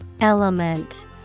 Element